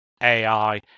AI